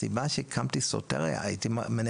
הסיבה שהקמתי את סוטריה הייתי מנהל